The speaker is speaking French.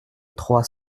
trois